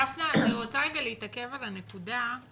אני רוצה להתעכב על הנקודה,